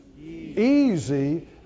easy